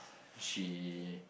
she